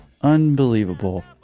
Unbelievable